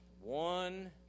One